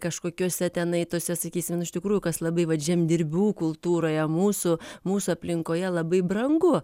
kažkokiose tenai tose sakysim nu iš tikrųjų kas labai vat žemdirbių kultūroje mūsų mūsų aplinkoje labai brangu